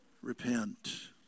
repent